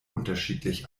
unterschiedlich